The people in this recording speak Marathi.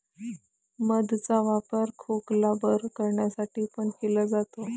मध चा वापर खोकला बरं करण्यासाठी पण केला जातो